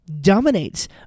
dominates